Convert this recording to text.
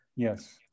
Yes